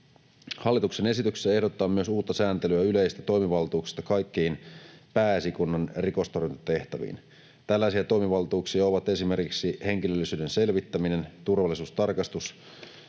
Hallituksen esityksessä ehdotetaan myös uutta sääntelyä yleisistä toimivaltuuksista kaikkiin Pääesikunnan rikostorjuntatehtäviin. Tällaisia toimivaltuuksia ovat esimerkiksi henkilöllisyyden selvittäminen, turvallisuustarkastus